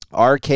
RK